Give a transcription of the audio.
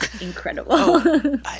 incredible